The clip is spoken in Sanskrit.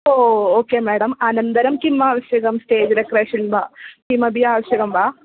ओ ओके मेडम् अनन्तरं किम् आवश्यकं स्टेज् डेकोरेशन् वा किमपि आवश्यकं वा